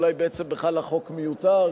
אולי בעצם החוק בכלל מיותר,